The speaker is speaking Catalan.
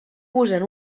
usen